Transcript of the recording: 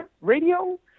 radio